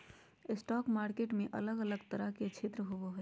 stock market में अलग अलग तरह के क्षेत्र होबो हइ